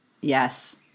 Yes